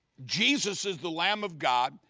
jesus is the lamb of god,